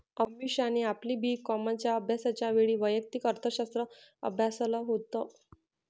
अमीषाने आपली बी कॉमच्या अभ्यासाच्या वेळी वैयक्तिक अर्थशास्त्र अभ्यासाल होत